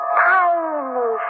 tiny